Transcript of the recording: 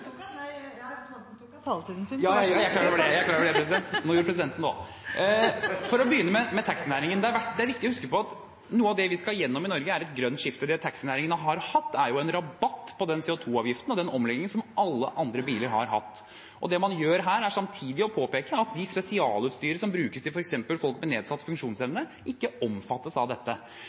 representanten tok av taletiden sin. Ja, jeg er klar over det, og nå gjorde presidenten det òg! For å begynne med taxinæringen: Det er viktig å huske på at noe av det vi skal gjennom i Norge, er et grønt skifte. Det taxinæringen har hatt, er en rabatt på den CO 2 -avgiften og den omleggingen som alle andre biler har hatt. Det man gjør her, er samtidig å påpeke at det spesialutstyret som brukes f.eks. til folk med nedsatt funksjonsevne, ikke omfattes av dette.